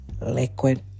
liquid